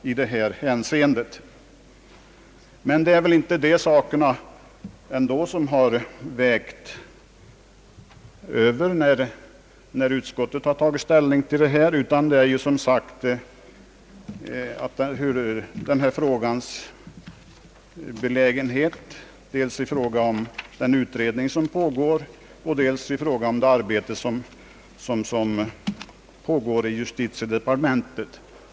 Men det är väl ändå inte det som varit avgörande när utskottet tagit ställning till frågan, utan det är som sagt dess beroende av dels den utredning som pågår och dels det förslag till ny giftermålsbalk, som håller på att utarbetas i justitiedepartementet.